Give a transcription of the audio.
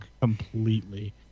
completely